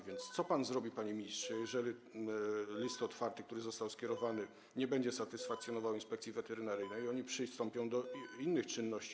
Więc co pan zrobi, panie ministrze, jeżeli list otwarty, który został skierowany, nie będzie satysfakcjonował Inspekcji Weterynaryjnej i oni przystąpią do innych czynności.